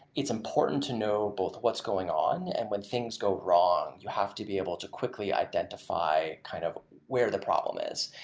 it's important to know both what's going on, and when things go wrong, you have to be able to quickly identify kind of where the problem is.